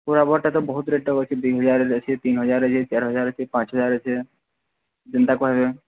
ପୁରା ବଡ଼ଟା ବହୁତ ରେଟ ଅଛି ଦୁଇ ହଜାର ଅଛି ତିନି ହଜାର ଅଛି ଚାରି ହଜାର ଅଛି ପାଞ୍ଚ ହଜାର ଅଛି ଯେମିତି କହିବେ